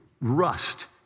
rust